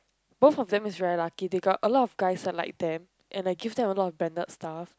both of them is very lucky they got a lot of guys that like them and like give them a lot of branded stuff